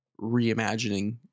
reimagining